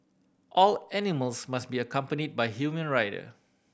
all animals must be accompany by human rider